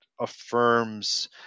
affirms